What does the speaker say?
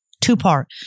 Two-part